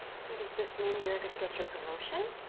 so does this mean you're going to get your promotion?